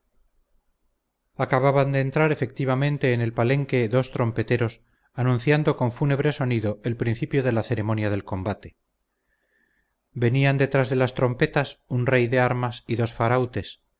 mayor acababan de entrar efectivamente en el palenque dos trompeteros anunciando con fúnebre sonido el principio de la ceremonia del combate venían detrás de las trompetas un rey de armas y dos farautes